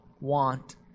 want